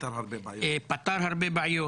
פתר הרבה בעיות.